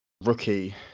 rookie